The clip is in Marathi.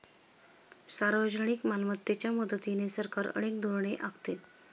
सार्वजनिक मालमत्तेच्या मदतीने सरकार अनेक धोरणे आखते